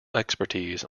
expertise